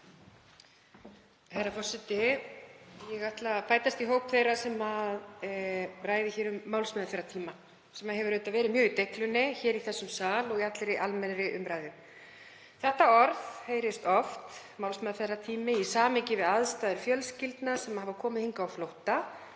Herra forseti. Ég ætla að bætast í hóp þeirra sem hafa rætt hér um málsmeðferðartíma sem hefur auðvitað verið mjög í deiglunni í þessum sal og í allri almennri umræðu. Þetta orð, málsmeðferðartími, heyrist oft í samhengi við aðstæður fjölskyldna sem hafa komið hingað á flótta